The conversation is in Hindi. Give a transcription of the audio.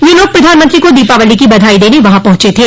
ये लोग प्रधानमंत्री को दीपावली की बधाई देने वहां पहुंचे थे